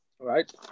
right